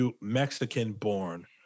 Mexican-born